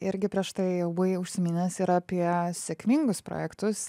irgi prieš tai jau buvai užsiminęs ir apie sėkmingus projektus